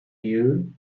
you